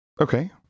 Okay